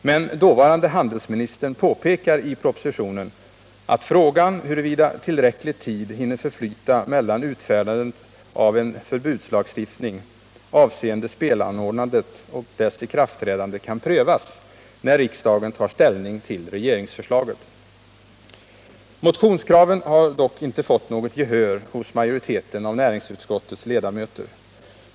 Men dåvarande handelsministern påpekar i propositionen att frågan huruvida tillräcklig tid hinner förflyta mellan utfärdandet av en förbudslagstiftning avseende spelanordnandet och dess ikraftträdande kan prövas när riksdagen tar ställning till regeringsförslaget. Motionskraven har dock inte fått något gehör hos majoriteten av näringsutskottets ledamöter.